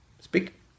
Speak